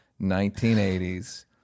1980s